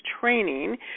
training